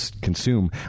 consume